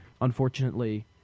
unfortunately